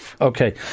Okay